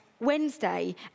Wednesday